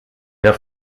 der